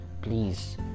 please